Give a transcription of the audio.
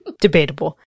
Debatable